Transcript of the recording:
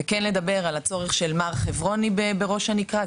וכן לדבר על הצורך של מר חברוני בראש הנקרה,